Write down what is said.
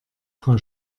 frau